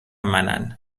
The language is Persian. منن